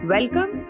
Welcome